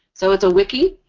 so, it's a wiki.